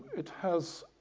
it has